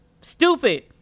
Stupid